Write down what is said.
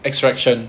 extraction